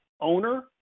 owner